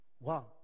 Wow